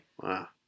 Wow